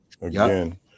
again